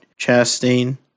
Chastain